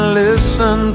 listen